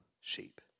sheep